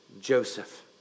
Joseph